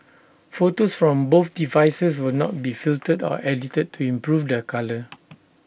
photos from both devices will not be filtered or edited to improve their colour